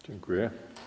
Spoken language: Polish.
Dziękuję.